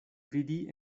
vidi